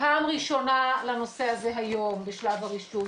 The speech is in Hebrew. פעם ראשונה לנושא הזה היום בשלב הרישוי